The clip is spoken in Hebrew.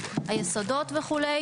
היסודות וכו'.